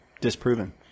disproven